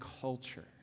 culture